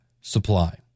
supply